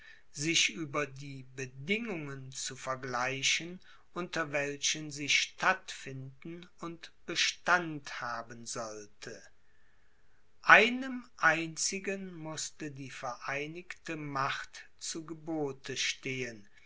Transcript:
sich über die bedingungen zu vergleichen unter welchen sie stattfinden und bestand haben sollte einem einzigen mußte die vereinigte macht zu gebote stehen